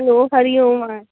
hello Hariom